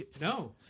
No